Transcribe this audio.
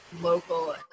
local